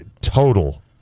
total